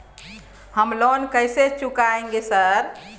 हम लोन कैसे चुकाएंगे सर?